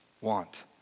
want